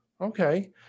Okay